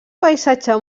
paisatge